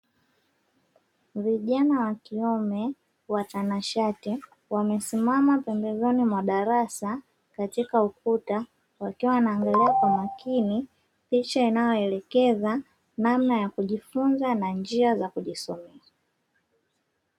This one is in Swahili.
Vijana wa kiume watanashati, wamesimama pembezoni mwa darasa katika ukuta. Wakiwa wanaangalia kwa makini picha inayoelekeza namna za kujifunza na njia za kujisomea.